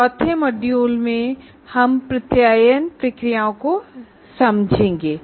चौथे मॉड्यूल में हम एक्रेडिटेशन प्रोसेस को समझेंगे